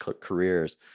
careers